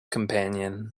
companion